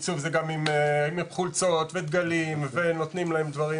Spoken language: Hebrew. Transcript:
יש עיצוב של חולצות ודגלים שאנחנו מחלקים,